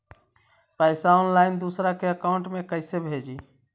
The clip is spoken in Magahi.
पैसा ऑनलाइन दूसरा के अकाउंट में कैसे भेजी?